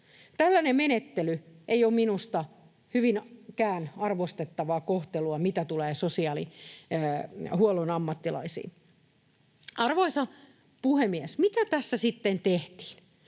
Tällainen menettely ei ole minusta kovinkaan arvostettavaa kohtelua, mitä tulee sosiaalihuollon ammattilaisiin. Arvoisa puhemies! Mitä tässä sitten tehtiin?